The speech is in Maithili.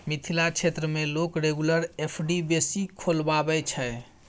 मिथिला क्षेत्र मे लोक रेगुलर एफ.डी बेसी खोलबाबै छै